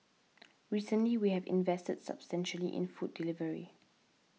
recently we have invested substantially in food delivery